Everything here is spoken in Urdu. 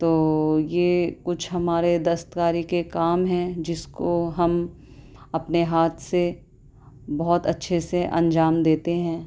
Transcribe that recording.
تو یہ کچھ ہمارے دستکاری کے کام ہیں جس کو ہم اپنے ہاتھ سے بہت اچھے سے انجام دیتے ہیں